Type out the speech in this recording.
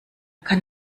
kann